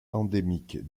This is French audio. endémique